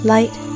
Light